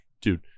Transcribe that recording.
dude